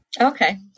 Okay